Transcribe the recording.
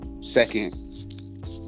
second